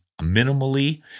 minimally